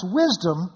wisdom